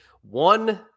one